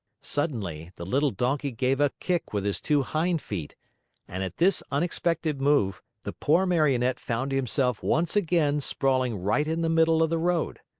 suddenly the little donkey gave a kick with his two hind feet and, at this unexpected move, the poor marionette found himself once again sprawling right in the middle of the road.